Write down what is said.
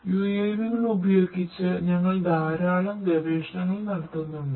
UAV കൾ ഉപയോഗിച്ച് ഞങ്ങൾ ധാരാളം ഗവേഷണങ്ങൾ നടത്തുന്നുണ്ട്